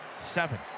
seven